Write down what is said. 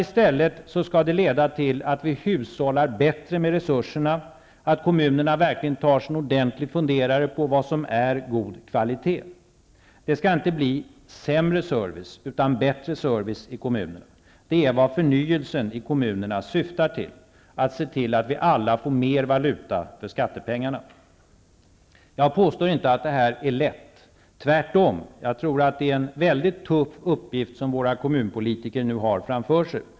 I stället skall det leda til att vi hushållar bättre med resurserna, att kommunerna verkligen tar sig en ordentlig funderare på vad som är god kvalitet. Det skall inte bli sämre service, utan bättre service i kommunerna. Det är vad förnyelsen i kommuneran syftar till, att se till att vi alla får mer valuta för skattepengarna. Jag påstår inte att det här är lätt, tvärtom. Jag tror att det är en mycket tuff uppgift som våra kommunpolitiker nu har framför sig.